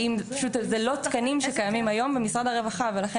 אלה לא תקנים שקיימים היום במשרד הרווחה ולכן